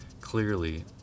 Clearly